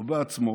לא בעצמו,